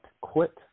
quit